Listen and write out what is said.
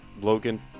Logan